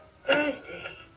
Thursday